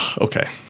Okay